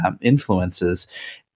influences